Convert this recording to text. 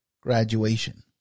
graduation